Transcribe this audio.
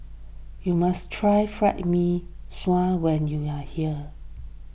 you must try Fried Mee Sua when you are here